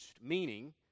meaning